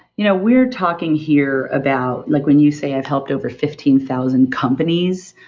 you know we're talking here about. like when you say i've helped over fifteen thousand companies,